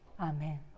Amen